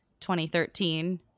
2013